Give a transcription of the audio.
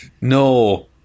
No